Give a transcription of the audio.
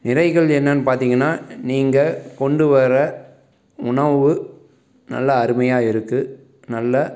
நிறைகள் என்னென்று பார்த்தீங்கன்னா நீங்கள் கொண்டு வர உணவு நல்லா அருமையாக இருக்கு நல்ல